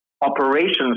operations